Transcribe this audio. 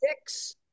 six